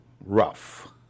rough